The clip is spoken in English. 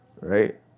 Right